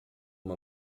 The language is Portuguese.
uma